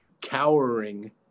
cowering